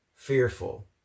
fearful